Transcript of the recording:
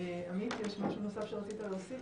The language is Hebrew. עמית, יש משהו נוסף שרצית להוסיף?